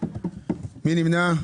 מי נמנע?